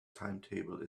timetable